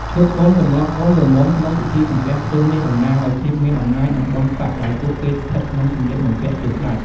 ឈុតកូនកំលោះ កូនក្រមុំ ក្នុងពិធីសំពះផ្ទឹមនេះតំណាងឲ្យភាពមានអំណាច និងបុណ្យស័ក្កិ ដែលពួកគេស្ថិតក្នុងសម្លៀកបំពាក់ជាស្តេច។